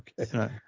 Okay